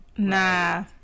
Nah